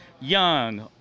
young